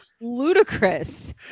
ludicrous